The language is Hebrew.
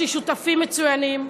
יש לי שותפים מצוינים,